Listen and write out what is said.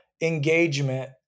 engagement